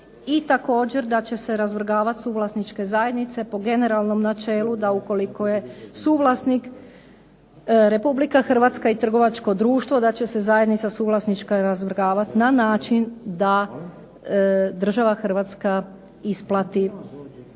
i također da će se razvrgavati suvlasničke zajednice po generalnom načelu da ukoliko je suvlasnik RH i trgovačko društvo da će se zajednica suvlasnička razvrgavati na način da država Hrvatska isplati